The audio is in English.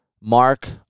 Mark